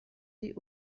die